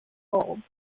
gold